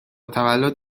تولد